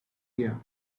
here